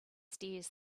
stairs